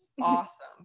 awesome